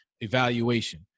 evaluation